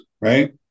right